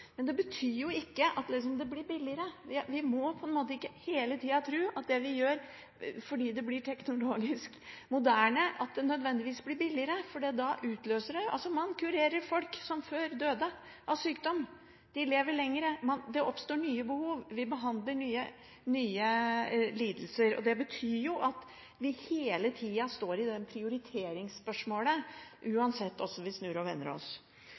men det betyr jo ikke at det blir billigere. Vi må ikke hele tida tro at det vi gjør, blir billigere fordi det blir teknologisk moderne. For det utløser nye behov. Man kurerer folk som før døde av sykdom, de lever lenger, det oppstår nye behov. Vi behandler nye lidelser, og det betyr jo at prioriteringsspørsmålet er der hele tida, uansett hvordan vi snur og vender oss. Så er jeg glad for at statsråden sa at innovasjon i